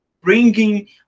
bringing